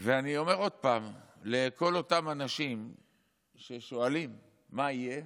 ואני אומר עוד פעם לכל אותם אנשים ששואלים מה יהיה,